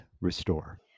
Restore